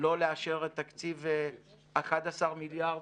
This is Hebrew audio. לא לאשר את תקציב 11 המיליארד